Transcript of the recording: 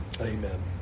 Amen